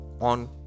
on